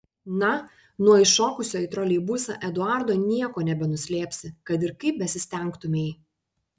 na nuo įšokusio į troleibusą eduardo nieko nebenuslėpsi kad ir kaip besistengtumei